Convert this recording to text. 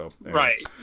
Right